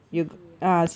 C_C_A ah